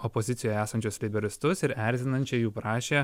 opozicijoj esančius leiboristus ir erzinančiai jų prašė